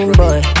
boy